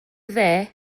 dde